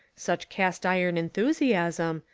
such cast iron enthusiasm,